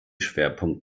schwerpunkt